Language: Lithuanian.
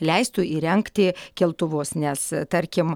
leistų įrengti keltuvus nes tarkim